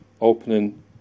Opening